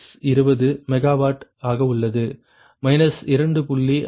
6 megawatt ஆக உள்ளது 2